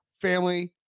family